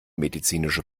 medizinische